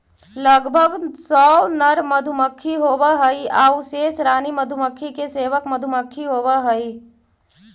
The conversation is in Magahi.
लगभग सौ नर मधुमक्खी होवऽ हइ आउ शेष रानी मधुमक्खी के सेवक मधुमक्खी होवऽ हइ